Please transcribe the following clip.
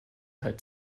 hat